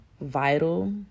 vital